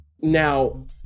Now